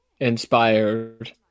inspired